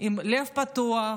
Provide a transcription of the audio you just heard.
עם לב פתוח,